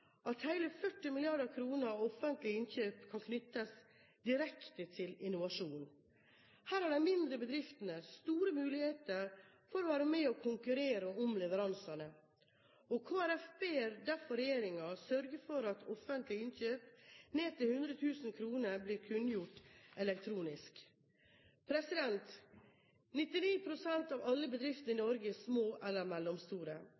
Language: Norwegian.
at hele 40 mrd. kr av offentlige innkjøp kan knyttes direkte til innovasjon. Her har de mindre bedriftene store muligheter for å være med og konkurrere om leveransene. Kristelig Folkeparti ber derfor regjeringen sørge for at offentlige innkjøp ned til 100 000 kr blir kunngjort elektronisk. 99 pst. av alle bedriftene i